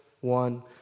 one